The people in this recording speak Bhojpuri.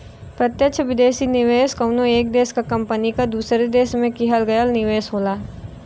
प्रत्यक्ष विदेशी निवेश कउनो एक देश क कंपनी क दूसरे देश में किहल गयल निवेश होला